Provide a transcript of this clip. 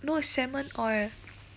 no salmon oil